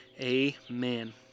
Amen